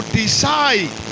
decide